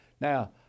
Now